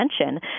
attention